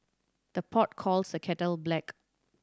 the pot calls the kettle black